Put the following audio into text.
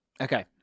Okay